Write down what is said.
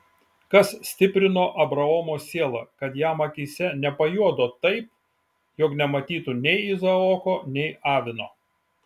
kas stiprino abraomo sielą kad jam akyse nepajuodo taip jog nematytų nei izaoko nei avino